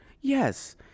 Yes